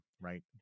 right